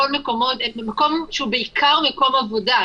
מקום שהוא בעיקר מקום עבודה,